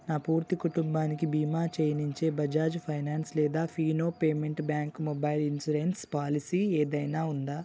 నా పూర్తి కుటుంబానికి భీమా చేయనించే బజాజ్ ఫైనాన్స్ లేదా Fino payment bank mobile insurance policy ఏదైనా ఉందా